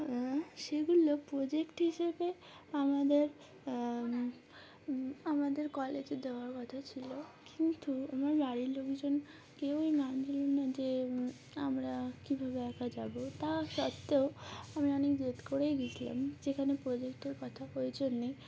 সেগুলো প্রোজেক্ট হিসেবে আমাদের আমাদের কলেজে দেওয়ার কথা ছিলো কিন্তু আমার বাড়ির লোকজন কেউই মান দ না যে আমরা কীভাবে একা যাবো তা সত্ত্বেও আমি অনেক জেদ করেই গিয়েছিলাম যেখানে প্রোজেক্টের কথা প্রয়োজন নেই